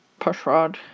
pushrod